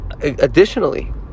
additionally